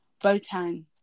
Botang